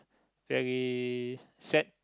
very sad